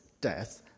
death